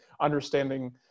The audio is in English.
understanding